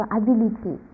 ability